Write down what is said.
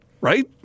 right